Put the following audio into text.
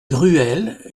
gruel